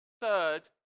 third